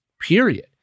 Period